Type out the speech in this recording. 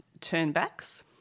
turnbacks